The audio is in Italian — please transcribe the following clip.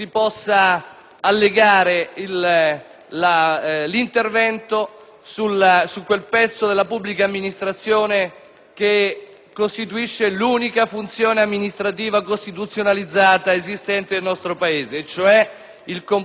all'intervento su quel pezzo della pubblica amministrazione che costituisce l'unica funzione amministrativa costituzionalizzata esistente nel nostro Paese e cioè il complesso